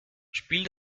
spiel